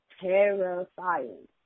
terrifying